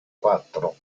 quattro